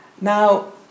Now